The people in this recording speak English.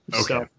Okay